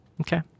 Okay